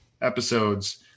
episodes